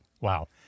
Wow